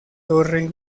torre